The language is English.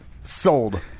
sold